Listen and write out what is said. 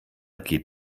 geht